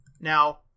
Now